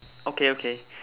okay okay